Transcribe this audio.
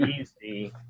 easy